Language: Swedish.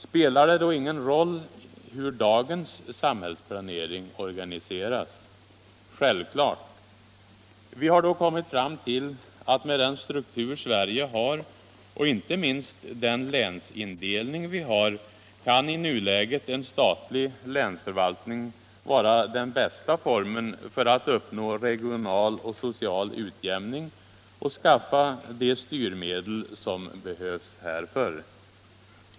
Spelar det då ingen roll hur dagens samhällsplanering organiseras? Självfallet. Vi har kommit fram till att med den struktur Sverige har och inte minst med den länsindelning vi har kan i nuläget en statlig länsförvaltning vara den bästa formen för att uppnå regional och social utjämning och skaffa de styrmedel som behövs härför.